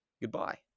goodbye